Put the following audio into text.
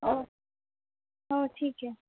हो ठीक आहे